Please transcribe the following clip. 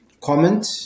comment